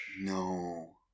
No